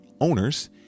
owners